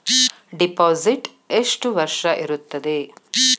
Deposit ಎಷ್ಟು ವರ್ಷ ಇರುತ್ತದೆ?